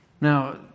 Now